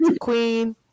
Queen